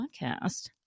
Podcast